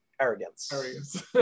arrogance